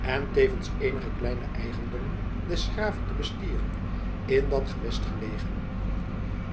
en tevens eenige kleine eigendommen des graven te bestieren in dat gewest gelegen